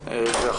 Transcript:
בפרוטוקו.